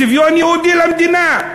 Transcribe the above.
צביון יהודי למדינה,